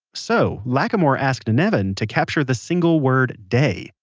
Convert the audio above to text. so, lacamoire asked nevin to capture the single word, day,